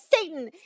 Satan